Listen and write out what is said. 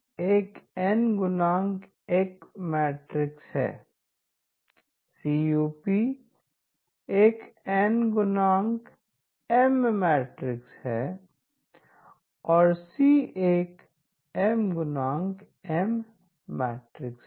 Cpc एक N×N matrix है Cup एक N×M मैट्रिक्स है और C∘ एक M × M मैट्रिक्स है